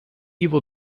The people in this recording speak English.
evil